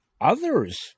other's